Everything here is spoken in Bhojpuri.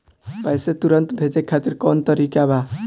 पैसे तुरंत भेजे खातिर कौन तरीका बा?